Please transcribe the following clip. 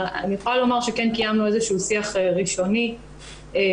אני יכולה לומר שכן קיימנו איזושהי שיח ראשוני אצלנו